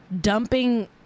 dumping